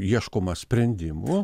ieškoma sprendimų